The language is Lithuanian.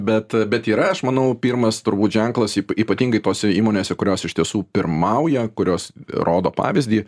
bet bet yra aš manau pirmas turbūt ženklas ypa ypatingai tose įmonėse kurios iš tiesų pirmauja kurios rodo pavyzdį